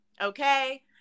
Okay